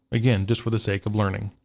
again, just for the sake of learning.